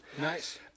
nice